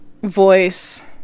Voice